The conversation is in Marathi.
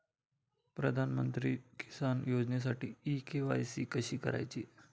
प्रधानमंत्री किसान योजनेसाठी इ के.वाय.सी कशी करायची?